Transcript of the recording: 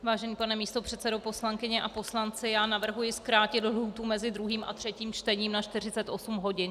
Vážený pane místopředsedo, poslankyně a poslanci, já navrhuji zkrátit lhůtu mezi druhým a třetím čtením na 48 hodin.